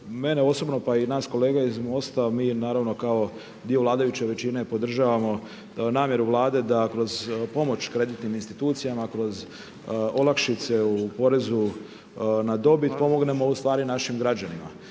mene osobno, pa i nas kolega iz MOST-a, mi naravno kao dio vladajuće većine podržavamo namjeru Vlade da kroz pomoć kreditnim institucijama, kroz olakšice u porezu na dobit pomognemo ustvari našim građanima.